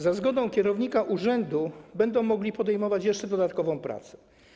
Za zgodą kierownika urzędu będą mogli podejmować jeszcze dodatkową pracę.